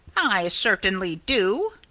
i certainly do!